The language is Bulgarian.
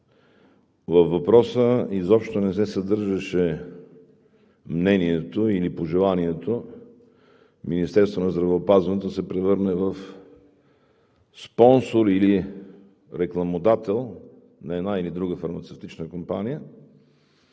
Във въпроса изобщо не се съдържаше мнението или пожеланието Министерството на здравеопазването да се превърне в спонсор или рекламодател на една или друга фармацевтична компания.